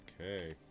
Okay